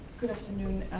good afternoon.